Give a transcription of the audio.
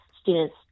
students